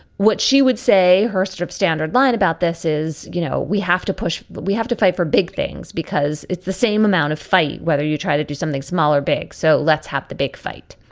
what she would say, her strip standard line about this is, you know, we have to push but we have to fight for big things because it's the same amount of fight, whether you try to do something smaller, big. so let's have the big fight.